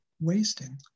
wasting